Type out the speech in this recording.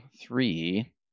three